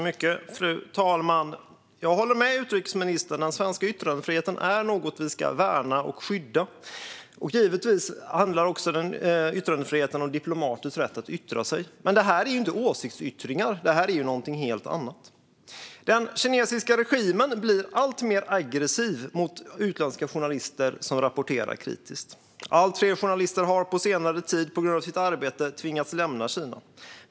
Fru talman! Jag håller med utrikesministern: Den svenska yttrandefriheten är något vi ska värna och skydda. Givetvis handlar yttrandefriheten också om diplomaters rätt att yttra sig. Men detta är inte åsiktsyttringar utan något helt annat. Den kinesiska regimen blir alltmer aggressiv mot utländska journalister som rapporterar kritiskt. Allt fler journalister har på senare tid på grund av sitt arbete tvingats lämna Kina.